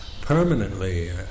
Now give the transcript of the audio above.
permanently